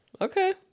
Okay